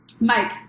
Mike